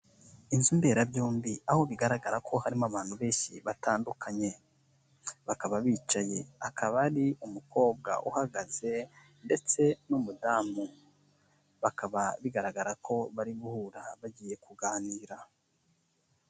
Inzu mberabyombi aho bigaragara ko harimo abantu benshi batandukanye, bakaba bicaye hakaba hari umukobwa uhagaze ndetse n'umudamu, bakaba bigaragara ko bari guhura bagiye kuganira.